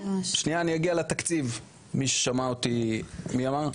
שנייה אני אגיע לתקציב מי ששמע אותי מי אמר?